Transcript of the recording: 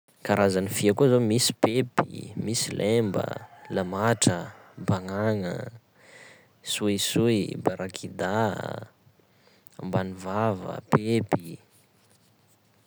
Karazan'ny fia koa zao: misy pepy, misy laimba, lamatra, bagnagna, soisoy, barakidà, ambanivava, pepy.